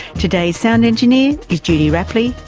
today's sound engineer is judy rapley.